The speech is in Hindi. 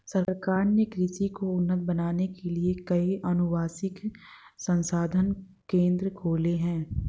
सरकार ने कृषि को उन्नत बनाने के लिए कई अनुवांशिक संशोधन केंद्र खोले हैं